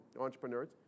entrepreneurs